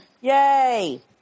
Yay